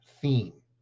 theme